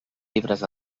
llibres